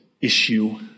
issue